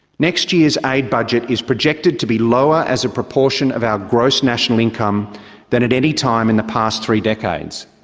next year's aid budget is projected to be lower as a proportion of our gross national income than at any time in the past three decades.